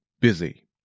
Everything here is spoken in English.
busy